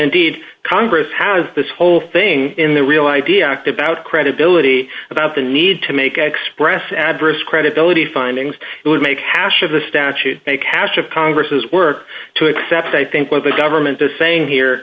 indeed congress has this whole thing in the real id act about credibility about the need to make i express adverse credibility findings it would make hash of the statute a cache of congress's work to accept i think what the government is saying here